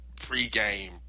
pregame